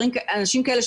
אנשים כאלה,